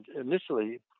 initially